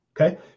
okay